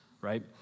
right